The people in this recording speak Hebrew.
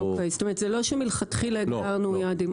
זה לא שמלכתחילה הצהרנו על יעדים.